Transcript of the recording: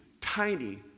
tiny